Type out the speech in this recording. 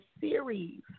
series